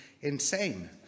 insane